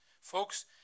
Folks